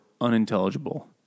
unintelligible